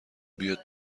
بیاد